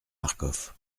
marcof